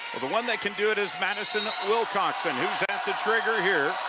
the one that can do it is madison wilcoxon who is at the trigger here.